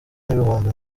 n‟ibihumbi